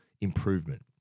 improvement